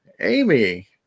amy